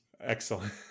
excellent